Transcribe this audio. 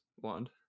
wand